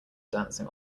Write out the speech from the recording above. dancing